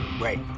Right